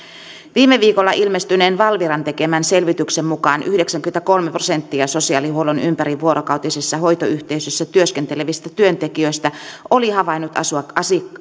viime viikolla ilmestyneen valviran tekemän selvityksen mukaan yhdeksänkymmentäkolme prosenttia sosiaalihuollon ympärivuorokautisissa hoitoyhteisöissä työskentelevistä työntekijöistä oli havainnut